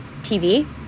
tv